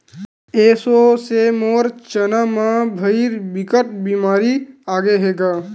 एसो से मोर चना म भइर बिकट बेमारी आगे हे गा